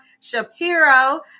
Shapiro